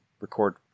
record